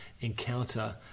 encounter